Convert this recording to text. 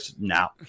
now